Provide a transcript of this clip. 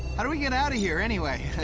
how do we get out of here anyway?